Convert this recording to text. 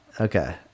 Okay